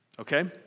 okay